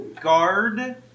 Guard